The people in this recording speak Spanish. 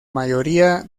mayoría